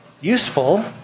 Useful